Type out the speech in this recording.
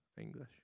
English